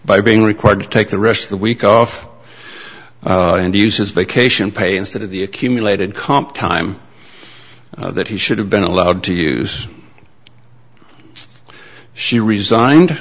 by being required to take the rest of the week off and uses vacation pay instead of the accumulated comp time that he should have been allowed to use she resigned